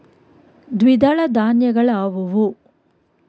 ದ್ವಿದಳ ಧಾನ್ಯಗಳಾವುವು?